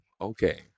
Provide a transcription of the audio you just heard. okay